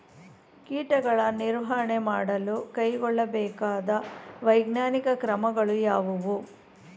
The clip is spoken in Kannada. ಕೀಟಗಳ ನಿರ್ವಹಣೆ ಮಾಡಲು ಕೈಗೊಳ್ಳಬೇಕಾದ ವೈಜ್ಞಾನಿಕ ಕ್ರಮಗಳು ಯಾವುವು?